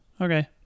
Okay